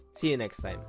see you next time.